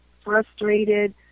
frustrated